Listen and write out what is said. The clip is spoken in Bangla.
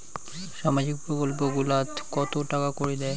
সামাজিক প্রকল্প গুলাট কত টাকা করি দেয়?